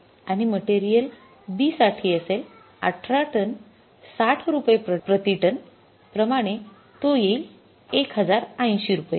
आणि मटेरियल ब् साठी असेल १८ टन ६० रुपये प्रतिटन प्रमाणे तो येईल १०८० रुपये